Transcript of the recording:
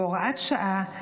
בהוראת שעה,